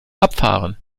abfahren